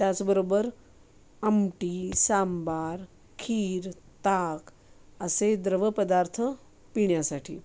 त्याचबरोबर आमटी सांबार खीर ताक असे द्रव पदार्थ पिण्यासाठी